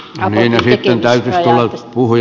no niin sitten edustaja niikko